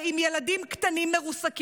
תושבת נחל עוז.